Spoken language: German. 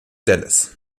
dallas